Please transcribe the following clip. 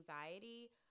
anxiety